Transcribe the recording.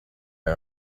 our